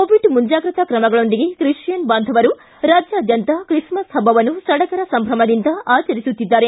Covid ಮುಂಜಾಗ್ರತಾ ಕ್ರಮಗಳೊಂದಿಗೆ Christian ಬಾಂಧವರು ರಾಜ್ಯಾದ್ಯಂತ ಕ್ರಿಸ್ಮಸ್ ಹಬ್ಬವನ್ನು ಸಡಗರ ಸಂಭ್ರಮದಿಂದ ಆಚರಿಸುತ್ತಿದ್ದಾರೆ